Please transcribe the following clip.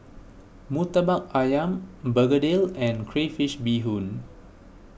Murtabak Ayam Begedil and Crayfish BeeHoon